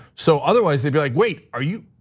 so, otherwise, they'd be like, wait, are you?